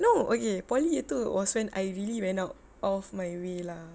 no okay poly year two was when I really went out of my way lah